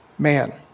Man